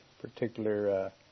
particular